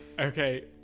Okay